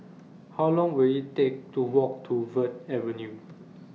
How Long Will IT Take to Walk to Verde Avenue